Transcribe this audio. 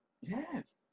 Yes